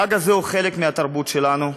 החג הזה הוא חלק מהתרבות שלנו.